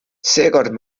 seekord